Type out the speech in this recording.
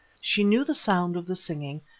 she knew the sound of the singing,